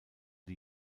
die